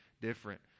different